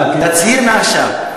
תצהיר מעכשיו.